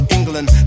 England